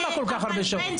למה כל כך הרבה שעות?